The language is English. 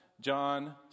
John